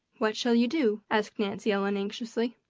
what shall you do? asked nancy ellen anxiously.